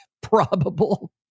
probable